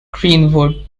greenwood